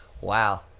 Wow